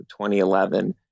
2011